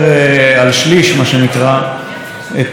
את מסיע הרוצח של הדס מלכא,